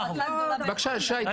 אני